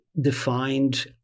defined